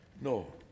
No